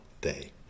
Day